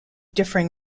differing